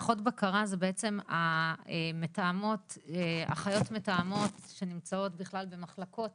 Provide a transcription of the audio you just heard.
אחות בקרה זה בעצם אחיות מתאמות שנמצאות בכלל במחלקות